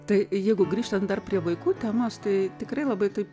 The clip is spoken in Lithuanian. tai jeigu grįžtant dar prie vaikų temos tai tikrai labai taip